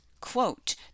Quote